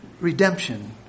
redemption